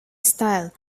style